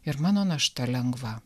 ir mano našta lengva